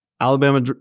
Alabama